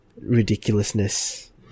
ridiculousness